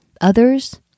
Others